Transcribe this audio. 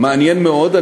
מעניין מאוד,